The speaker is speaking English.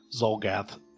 Zolgath